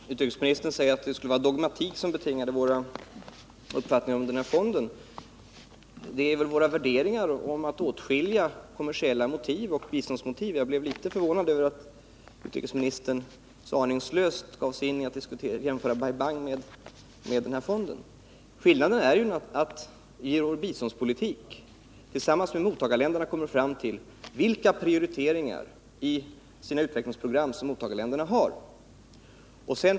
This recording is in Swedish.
Herr talman! Utrikesministern säger att det skulle vara dogmatism som betingade vår uppfattning om den här fonden, men det är väl snarare vår värdering att man skall åtskilja kommersiella motiv och biståndsmotiv. Jag blev litet förvånad över att utrikesministern så aningslöst gav sig in på att jämföra Bai Bang med fonden. Skillnaden är ju att vi i vår biståndspolitik tillsammans med mottagarländerna kommer fram till vilka prioriteringar i sina utvecklingsprogram mottagarländerna har.